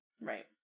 Right